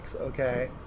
okay